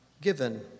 given